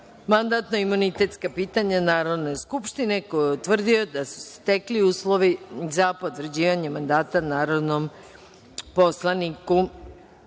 mandatno-imunitetska pitanja Narodne skupštine, koji je utvrdio da su se stekli uslovi za potvrđivanje mandata narodnom poslaniku,